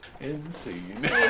Insane